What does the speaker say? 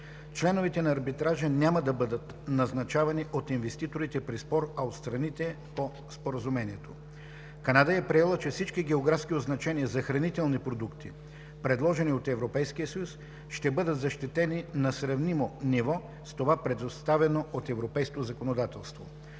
Членовете на арбитража няма да бъдат назначавани от инвеститорите при спор, а от страните по Споразумението. - Канада е приела, че всички географски означения за хранителни продукти, предложени от Европейския съюз, ще бъдат защитени на сравнимо ниво с това, предоставено от европейското законодателство.